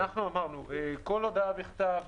אמרנו, כל הודעה בכתב,